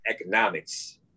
economics